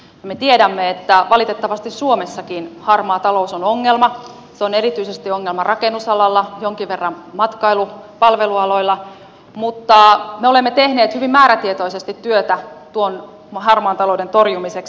me tiedämme että valitettavasti suomessakin harmaa talous on ongelma se on erityisesti ongelma rakennusalalla jonkin verran matkailu palvelualoilla mutta me olemme tehneet hyvin määrätietoisesti työtä tuon harmaan talouden torjumiseksi